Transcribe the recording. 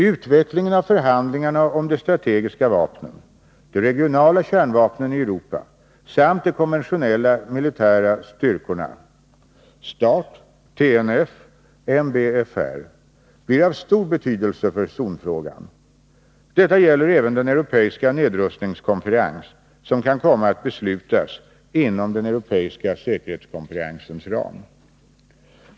Utvecklingen av förhandlingarna om de strategiska vapnen, de regionala kärnvapnen i Europa samt om de konventionella militära styrkorna blir av stor betydelse för zonfrågan. Detta gäller även den europeiska nedrustningskonferens som kan komma att beslutas inom den europeiska säkerhetskonferensens ram.